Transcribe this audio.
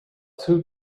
two